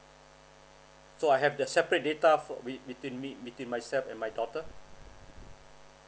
so I have the separate data for bet~ between me between myself and my daughter